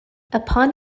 upon